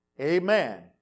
Amen